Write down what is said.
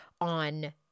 on